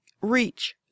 Reach